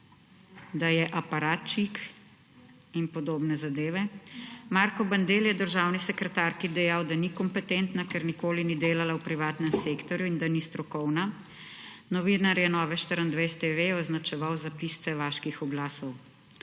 da je aparačik, in podobne zadeve. Marko Bandelli je državni sekretarki dejal, da ni kompetentna, ker nikoli ni delala v privatnem sektorju in da ni strokovna. Novinarje Nove24 TV je označeval za pisce vaških oglasov.